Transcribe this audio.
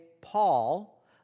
Paul